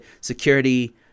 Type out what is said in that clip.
security